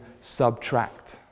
subtract